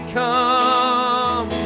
come